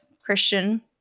Christian